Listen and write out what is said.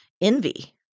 envy